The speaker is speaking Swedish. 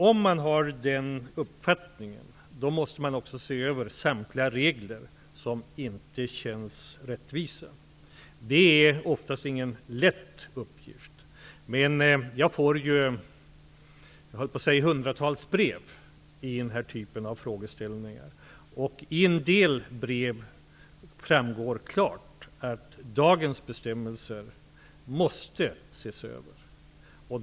Om man har den uppfattningen måste man också se över samtliga regler som inte känns rättvisa. Det är oftast ingen lätt uppgift. Jag får åtskilliga brev som gäller den här typen av frågeställningar. Av en del brev framgår klart att dagens bestämmelser måste ses över.